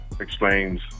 explains